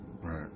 Right